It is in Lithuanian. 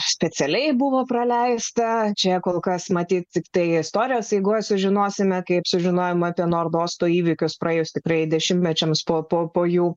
specialiai buvo praleista čia kol kas matyt tiktai istorijos eigoje sužinosime kaip sužinojome apie nordosto įvykius praėjus tikrai dešimtmečiams po po po jų